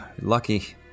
lucky